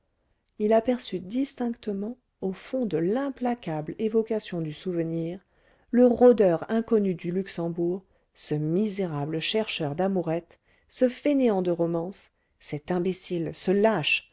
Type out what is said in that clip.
il aperçut distinctement au fond de l'implacable évocation du souvenir le rôdeur inconnu du luxembourg ce misérable chercheur d'amourettes ce fainéant de romance cet imbécile ce lâche